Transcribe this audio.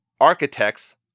Architects